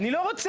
אני לא רוצה.